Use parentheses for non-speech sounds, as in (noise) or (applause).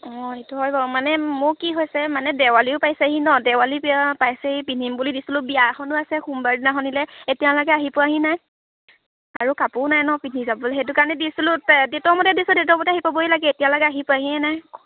অঁ সেইটো হয় বাৰু মানে মোৰ কি হৈছে মানে দেৱালীয়ো পাইছেহি ন দেৱালী (unintelligible) পাইছেহি পিন্ধিম বুলি দিছিলোঁ বিয়া এখনো আছে সোমবাৰ দিনাখনিলে এতিয়ালৈকে আহি পোৱাহি নাই আৰু কাপোৰ নাই ন পিন্ধি যাবলৈ সেইটো কাৰণে দিছিলোঁ (unintelligible) ডেটৰ মতে দিছিলোঁ ডেটৰ মতে আহি পাবহি লাগে এতিয়ালৈকে আহি পোৱাহিয়ে নাই